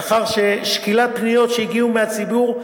ולאחר שקילת פניות שהגיעו מהציבור,